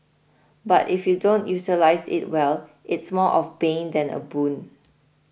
but if you don't utilise it well it's more of bane than a boon